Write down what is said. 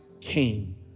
came